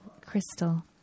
crystal